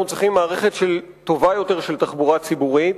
צריכים מערכת טובה יותר של תחבורה ציבורית,